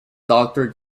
doctor